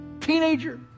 teenager